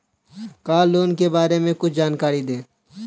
Car loan के बारे में कुछ जानकारी दें?